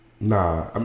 Nah